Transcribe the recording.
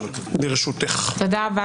תודה רבה,